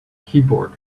keyboard